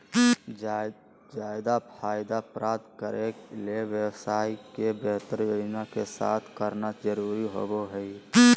ज्यादा फायदा प्राप्त करे ले व्यवसाय के बेहतर योजना के साथ करना जरुरी होबो हइ